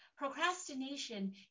Procrastination